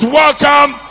welcome